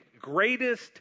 greatest